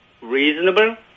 reasonable